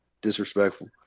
Disrespectful